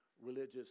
religious